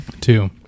Two